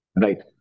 Right